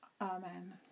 Amen